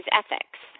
ethics